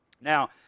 Now